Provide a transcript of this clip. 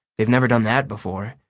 they've never done that before.